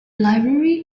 library